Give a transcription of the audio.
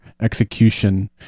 execution